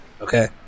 Okay